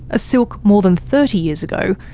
a silk more than thirty years ago,